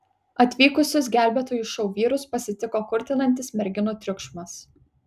atvykusius gelbėtojų šou vyrus pasitiko kurtinantis merginų triukšmas